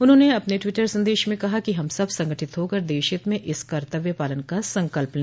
उन्होंने अपने ट्वीटर संदेश में कहा कि हम सब संगठित होकर देश हित में इस कर्तव्य पालन का संकल्प ले